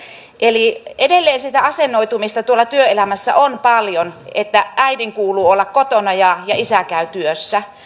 eli edelleen sitä asennoitumista työelämässä on paljon että äidin kuuluu olla kotona ja ja isä käy työssä